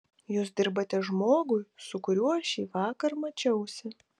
jūs dirbate žmogui su kuriuo šįvakar mačiausi